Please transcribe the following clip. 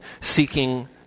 seeking